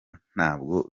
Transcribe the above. ntabwo